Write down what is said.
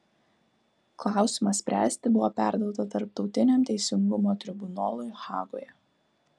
klausimą spręsti buvo perduota tarptautiniam teisingumo tribunolui hagoje